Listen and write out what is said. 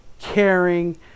caring